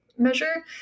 measure